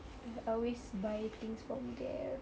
I always buy things from there